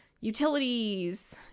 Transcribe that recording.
utilities